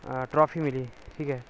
trophy मिली